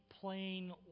plain